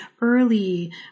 early